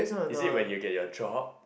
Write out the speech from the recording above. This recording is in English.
is it when you get your job